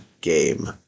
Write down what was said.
Game